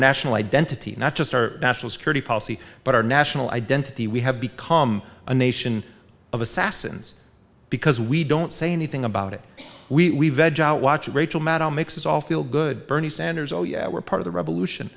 national identity not just our national security policy but our national identity we have become a nation of assassins because we don't say anything about it we watch rachel maddow makes us all feel good bernie sanders oh yeah we're part of the revolution